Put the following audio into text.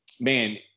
Man